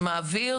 שמעביר